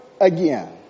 again